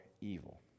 evil